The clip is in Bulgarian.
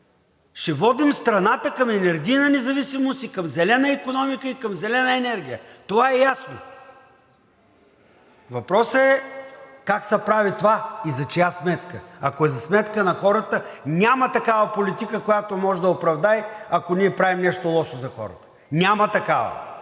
Ще водим страната към енергийна независимост, към зелена икономика и към зелена енергия. Това е ясно. Въпросът е как се прави това и за чия сметка? Ако е за сметка на хората, няма такава политика, която може да оправдае, ако ние правим нещо лошо за хората. Няма такава!